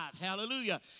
Hallelujah